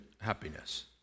happiness